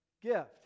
gift